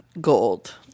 gold